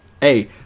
Hey